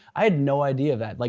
i had no idea of that. like